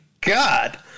God